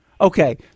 Okay